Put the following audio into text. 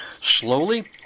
Slowly